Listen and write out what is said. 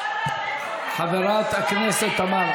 חברת הכנסת תמר,